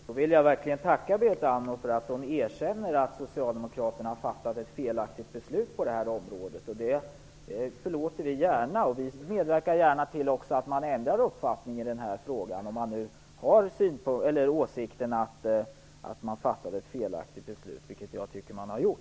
Herr talman! Jag vill verkligen tacka Berit Andnor för att hon erkänner att Socialdemokraterna fattade ett felaktigt beslut på detta område. Det förlåter vi gärna. Dessutom medverkar vi gärna till att man ändrar uppfattning i denna fråga, om man nu har den åsikten att ett felaktigt beslut fattats - vilket jag tycker att man har gjort.